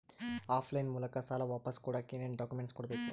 Of line ಮೂಲಕ ಸಾಲ ವಾಪಸ್ ಕೊಡಕ್ ಏನು ಡಾಕ್ಯೂಮೆಂಟ್ಸ್ ಕೊಡಬೇಕು?